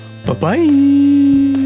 Bye-bye